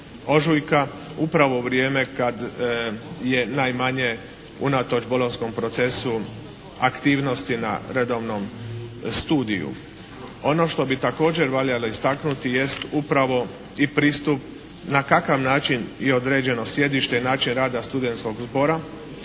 ožujka, upravo u vrijeme kada je najmanje unatoč Bolonjskom procesu aktivnosti na redovnom studiju. Ono što bi također valjalo istaknuti jest upravo i pristup na kakav način je određeno sjedište i način rada studenskog zbora,